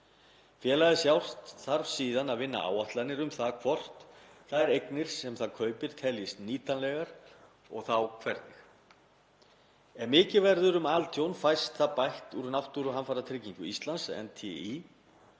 Félagið sjálft þarf síðan að vinna áætlanir um það hvort þær eignir sem það kaupir teljist nýtanlegar og hvernig. Ef mikið verður um altjón fæst það bætt úr Náttúruhamfaratryggingu Íslands, NTÍ,